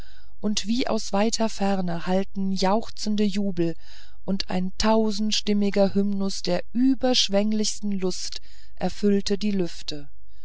und wie aus weiter ferne hallte jauchzender jubel und ein tausendstimmiger hymnus der überschwenglichsten lust erfüllte die lüfte